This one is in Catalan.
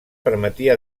permetia